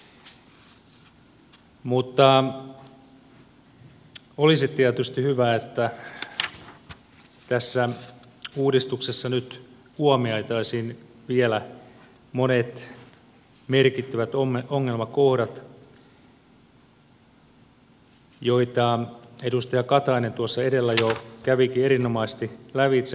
mutta olisi tietysti hyvä että tässä uudistuksessa nyt huomioitaisiin vielä monet merkittävät ongelmakohdat joita edustaja katainen tuossa edellä jo kävikin erinomaisesti lävitse